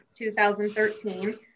2013